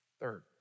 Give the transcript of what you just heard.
Third